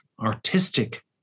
artistic